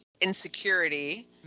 insecurity